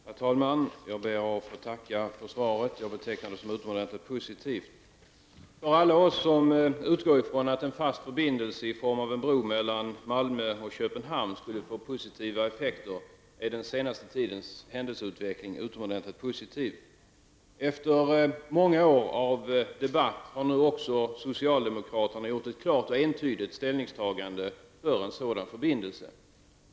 Herr talman! Jag ber att få tacka för svaret. Jag betecknar det som utomordentligt positivt. För alla oss som utgår från att en fast förbindelse i form av en bro mellan Malmö och Köpenhamn skall få positiva effekter är den senaste tidens händelseutveckling utomordentligt positiv. Efter många år av debatt har nu också socialdemokraterna gjort ett klart och entydigt ställningstagande för en sådan förbindelse.